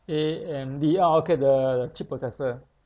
A_M_D ya okay the the chip processor